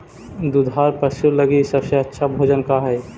दुधार पशु लगीं सबसे अच्छा भोजन का हई?